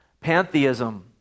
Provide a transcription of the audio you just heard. pantheism